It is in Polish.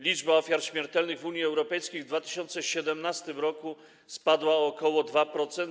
Liczba ofiar śmiertelnych w Unii Europejskiej w 2017 r. spadła o ok. 2%.